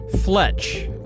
Fletch